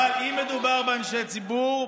אבל אם מדובר על אנשי ציבור,